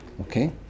Okay